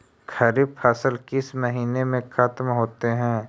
खरिफ फसल किस महीने में ख़त्म होते हैं?